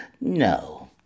No